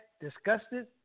disgusted